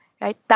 right